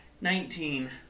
Nineteen